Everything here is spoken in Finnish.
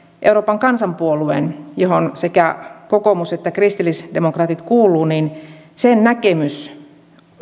euroopan kansanpuolueen johon sekä kokoomus että kristillisdemokraatit kuuluvat näkemys